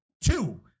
Two